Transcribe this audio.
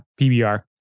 PBR